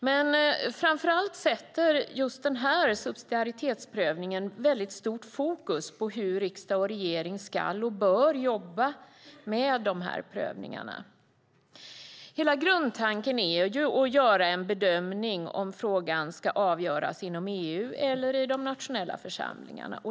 Men framför allt sätter just den här subsidiaritetsprövningen väldigt stort fokus på hur riksdag och regering ska och bör jobba med dessa prövningar. Hela grundtanken är ju att göra en bedömning om frågan ska avgöras inom EU eller i de nationella församlingarna.